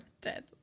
dead